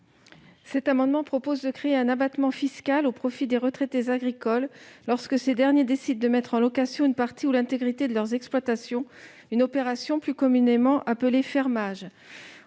Cet amendement tend à créer un abattement fiscal au profit des retraités agricoles qui décident de mettre en location une partie ou l'intégralité de leurs exploitations- opération plus communément appelée « fermage